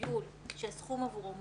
מהטיול שהסכום עבורו מוגבל,